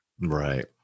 Right